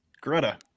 Greta